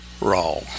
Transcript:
Wrong